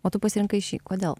o tu pasirinkai šį kodėl